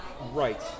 Right